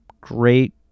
great